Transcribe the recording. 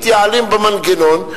מתייעלים במנגנון,